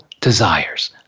desires